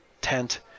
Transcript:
tent